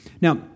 Now